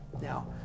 Now